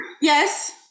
yes